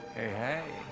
hey, hey,